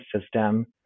system